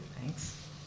Thanks